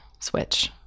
switch